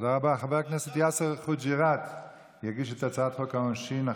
תודה רבה, חבר הכנסת אביגדור ליברמן.